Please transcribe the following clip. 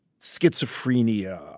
schizophrenia